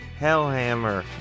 Hellhammer